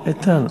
איתן,